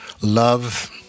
love